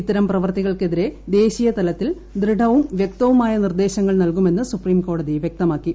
ഇത്തരം പ്രവർത്തികൾക്കെതിരെ ദ്ദേശീയ തലത്തിൽ ദൃഢവും വ്യക്തവുമായ നിർദ്ദേശങ്ങൾ ന് നൽകുമെന്ന് സുപ്രീംകോടതി വ്യക്തമാക്കി